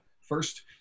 first